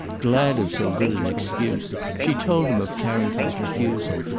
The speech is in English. glad of so good an excuse, she told him of carrington's refusal,